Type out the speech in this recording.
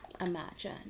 imagine